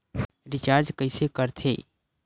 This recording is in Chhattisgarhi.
रिचार्ज कइसे कर थे?